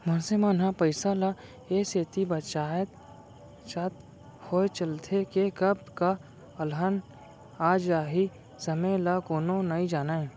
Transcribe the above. मनसे मन ह पइसा ल ए सेती बचाचत होय चलथे के कब का अलहन आ जाही समे ल कोनो नइ जानयँ